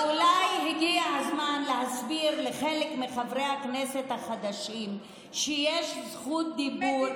ואולי הגיע הזמן להסביר לחלק מחברי הכנסת החדשים שיש זכות דיבור,